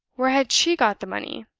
where had she got the money,